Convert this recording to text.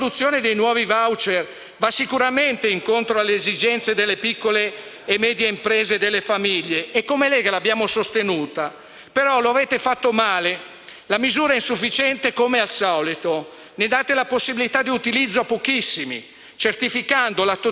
ma l'avete fatta male. La misura è insufficiente, come al solito: ne date la possibilità di utilizzo a pochissimi, certificando la totale inaffidabilità di un Governo e di una maggioranza che, ancora una volta, pensano di poter risolvere con un decreto-legge di mancette